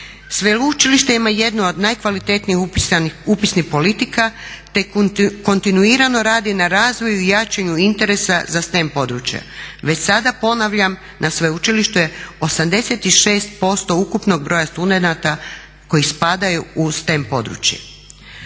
Sveučilište ima jednu od najkvalitetnijih upisnih politika te kontinuirano radi na razvoju i jačanju interesa za STEM područje. Već sada, ponavljam, na sveučilištu je 86% ukupnog broja studenata koji spadaju u STEM područje.